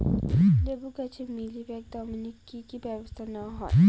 লেবু গাছে মিলিবাগ দমনে কী কী ব্যবস্থা নেওয়া হয়?